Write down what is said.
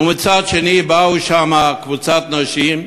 ומצד שני, באה לשם קבוצת נשים,